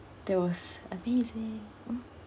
that was amazing mm